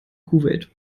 kuwait